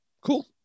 Cool